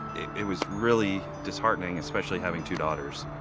it was really disheartening, especially having two daughters.